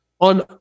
on